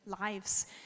lives